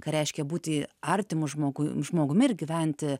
ką reiškia būti artimu žmogu žmogumi ir gyventi